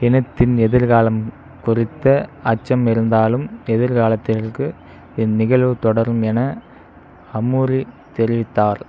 இனத்தின் எதிர்காலம் குறித்த அச்சம் இருந்தாலும் எதிர்காலத்திற்கு இந்நிகழ்வு தொடரும் என அமுரி தெரிவித்தார்